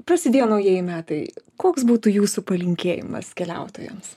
prasidėjo naujieji metai koks būtų jūsų palinkėjimas keliautojams